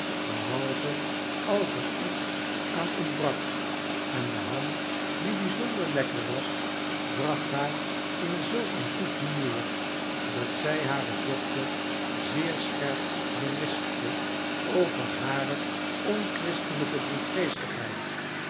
behalve als er iets aan ontbrak en de ham die bijzonder lekker was bracht haar in zulk een goed humeur dat zij hare dochter zeer scherp berispte over hare onchristelijke